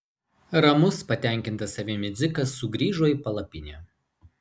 ramus patenkintas savimi dzikas sugrįžo į palapinę